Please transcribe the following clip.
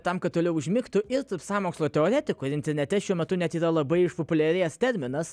tam kad toliau užmigtų ir taip sąmokslo teorija kuri internete šiuo metu net yra labai išpopuliarėjęs terminas